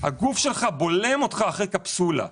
הגוף שלך בולם אותך אחרי קפסולה.